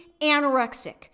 anorexic